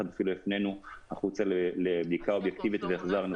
אפילו הפנינו החוצה לבדיקה אובייקטיבית והחזרנו פנימה.